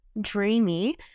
dreamy